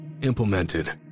implemented